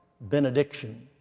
benediction